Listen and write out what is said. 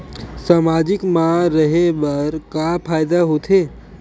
सामाजिक मा रहे बार का फ़ायदा होथे?